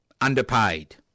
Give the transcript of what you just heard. underpaid